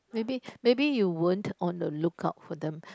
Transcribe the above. maybe maybe you weren't on the lookout for them